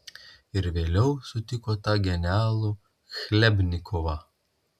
ir vėliau sutiko tą genialų chlebnikovą